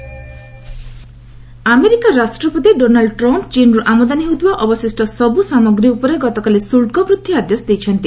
US ଚୀନ୍ America ରାଷ୍ଟ୍ରପତି Donald Trump ଚୀନ୍ରୁ ଆମଦାନୀ ହେଉଥିବା ଅବଶିଷ୍ଟ ସବୁ ସାମଗ୍ରୀ ଉପରେ ଗତକାଲି ଶୁଲ୍କ ବୃଦ୍ଧି ଆଦେଶ ଦେଇଛନ୍ତି